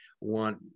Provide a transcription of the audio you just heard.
want